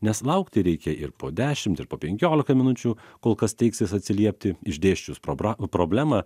nes laukti reikia ir po dešimt ir po penkiolika minučių kol kas teiksis atsiliepti išdėsčius probla problemą